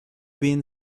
been